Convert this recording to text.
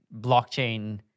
blockchain